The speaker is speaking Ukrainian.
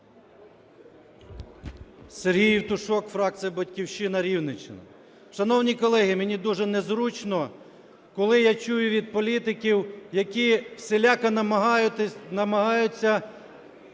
Сергій Євтушок, фракція "Батьківщина", Рівненщина. Шановні колеги, мені дуже незручно, коли я чую від політиків, які всіляко намагаються